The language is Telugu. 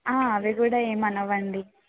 అవి కూడా ఏమనవండి